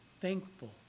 thankful